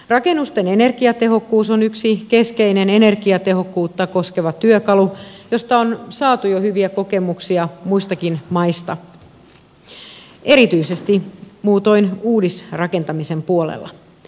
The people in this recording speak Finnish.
rakennusten energiatehokkuus on yksi keskeinen energiatehokkuutta koskeva työkalu josta on saatu jo hyviä kokemuksia muistakin maista erityisesti muutoin uudisrakentamisen puolella